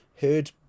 heard